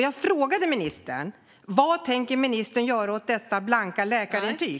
Jag frågade ministern: Vad tänker ministern göra åt dessa blanka läkarintyg?